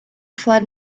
flood